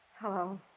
Hello